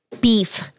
beef